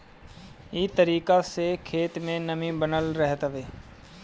इ तरीका से खेत में नमी बनल रहत हवे